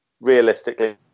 realistically